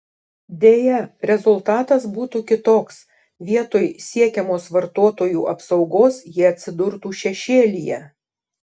deja rezultatas būtų kitoks vietoj siekiamos vartotojų apsaugos jie atsidurtų šešėlyje